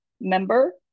member